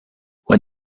when